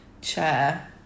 chair